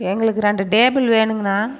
எங்களுக்கு ரெண்டு டேபுள் வேணுங்குண்ணா